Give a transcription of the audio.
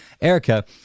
Erica